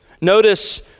Notice